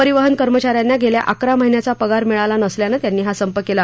परिवहन कर्मचाऱ्यांना गेल्या अकरा महिन्याचा पगार मिळाला नसल्यानं त्यांनी हा संप केला